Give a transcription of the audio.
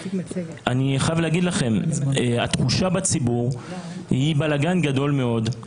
אני חייב לומר לכם שהתחושה בציבור היא שיש בלגן גדול מאוד,